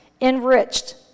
enriched